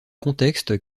contexte